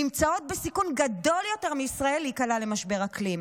נמצאות בסיכון גדול יותר מישראל להיקלע למשבר אקלים.